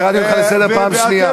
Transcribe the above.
קראתי אותך לסדר פעם שנייה.